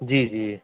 ਜੀ ਜੀ